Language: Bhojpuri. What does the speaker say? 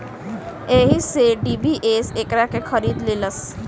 एही से डी.बी.एस एकरा के खरीद लेलस